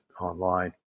online